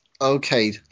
Okay